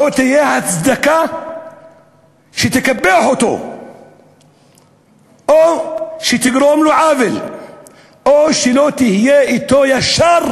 לא תהיה הצדקה לכך שתקפח אותו או שתגרום לו עוול או שלא תהיה אתו ישר.